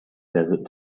desert